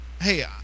hey